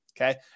okay